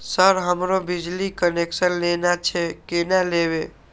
Sir हमरो बिजली connection लेना छे केना लेबे?